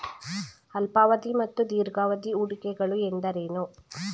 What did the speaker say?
ಅಲ್ಪಾವಧಿ ಮತ್ತು ದೀರ್ಘಾವಧಿ ಹೂಡಿಕೆಗಳು ಎಂದರೇನು?